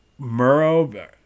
Murrow